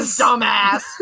dumbass